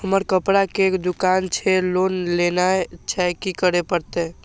हमर कपड़ा के दुकान छे लोन लेनाय छै की करे परतै?